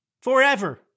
Forever